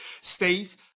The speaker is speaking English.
Steve